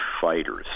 fighters